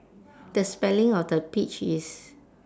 the spelling of the peach is